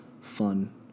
fun